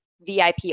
VIP